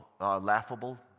laughable